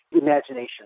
imagination